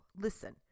listen